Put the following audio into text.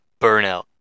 burnout